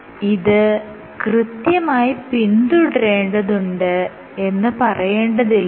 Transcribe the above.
ഇത് കൃത്യമായി പിന്തുടരേണ്ടതുണ്ട് എന്ന് പറയേണ്ടതില്ലലോ